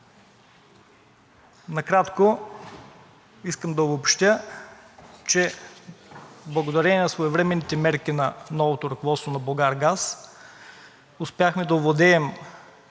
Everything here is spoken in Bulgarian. Накратко искам да обобщя, че благодарение на своевременните мерки на новото ръководство на „Булгаргаз“ успяхме да овладеем